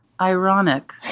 ironic